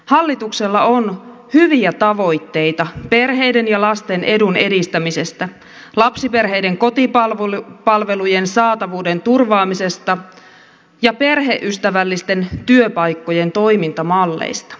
hallituksella on hyviä tavoitteita perheiden ja lasten edun edistämisestä lapsiperheiden kotipalvelujen saatavuuden turvaamisesta ja perheystävällisten työpaikkojen toimintamalleista